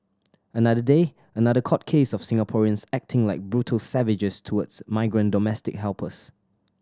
another day another court case of Singaporeans acting like brutal savages towards migrant domestic helpers